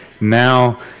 now